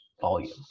volume